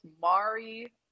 Mari